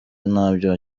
ntabyo